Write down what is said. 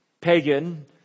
pagan